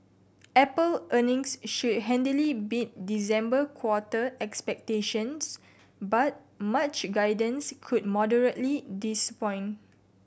apple earnings should handily beat December quarter expectations but March guidance could moderately disappoint